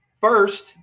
First